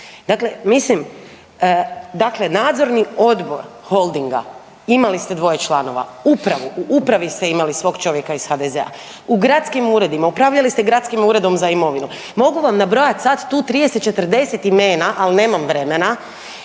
dakle nadzorni odbor Holdinga imali ste dvoje članova, upravu, u upravi ste imali svog čovjeka iz HDZ-a, u gradskim uredima, upravljali ste Gradskim uredom za imovinu mogu vam nabrojat tu sada 30, 40 imena ali nemam vremena